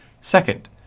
Second